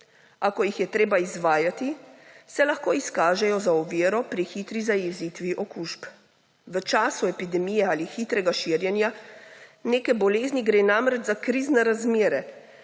ko jih je treba izvajati, se lahko izkažejo za oviro pri hitri zajezitvi okužb. V času epidemije ali hitrega širjenja neke bolezni gre namreč za krizne razmere,